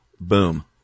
boom